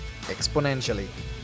exponentially